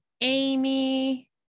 amy